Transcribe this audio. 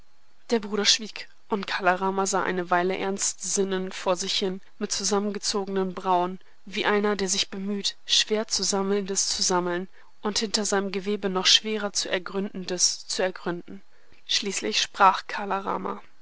der bruder schwieg und kala rama sah eine weile ernstsinnend vor sich hin mit zusammengezogenen brauen wie einer der sich bemüht schwer zu sammelndes zu sammeln und hinter seinem gewebe noch schwerer zu ergründendes zu ergründen schließlich sprach kala rama